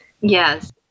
Yes